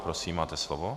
Prosím, máte slovo.